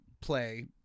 play